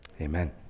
amen